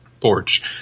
porch